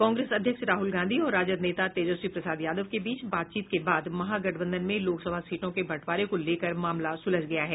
कांग्रेस अध्यक्ष राहुल गांधी और राजद नेता तेजस्वी प्रसाद यादव के बीच बातचीत के बाद महागठबंधन में लोकसभा सीटों के बंटवारे को लेकर मामला सुलझ गया है